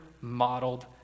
modeled